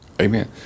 Amen